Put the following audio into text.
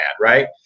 right